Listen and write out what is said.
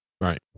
right